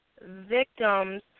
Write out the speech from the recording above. victims